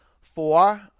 Four